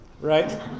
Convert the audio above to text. right